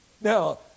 Now